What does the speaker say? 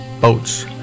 boats